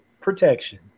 protection